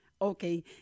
Okay